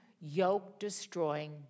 yoke-destroying